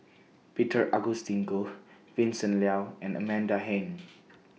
Peter Augustine Goh Vincent Leow and Amanda Heng